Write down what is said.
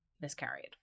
miscarried